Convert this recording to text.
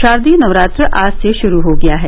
गारदीय नवरात्र आज से गुरू हो गया है